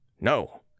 No